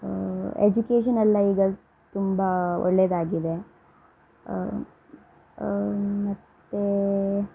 ಎಜುಕೇಶನೆಲ್ಲ ಈಗ ತುಂಬ ಒಳ್ಳೆದಾಗಿದೆ ಮತ್ತು